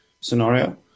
scenario